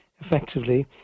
effectively